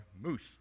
Moose